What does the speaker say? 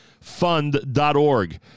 Fund.org